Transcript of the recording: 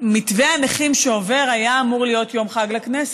מתווה הנכים שעובר היה אמור להיות יום חג לכנסת,